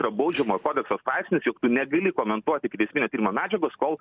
yra baudžiamojo kodekso straipsnis jog tu negali komentuoti ikiteisminio tyrimo medžiagos kol